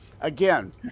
again